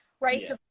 Right